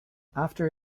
after